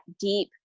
deep